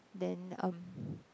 then um